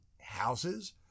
houses